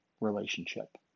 Relationship